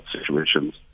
situations